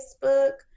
Facebook